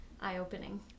eye-opening